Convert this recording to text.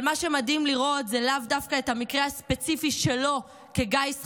אבל מה שמדהים לראות הוא לאו דווקא את המקרה הספציפי שלו כגיס חמישי,